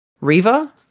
Riva